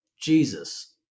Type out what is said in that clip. Jesus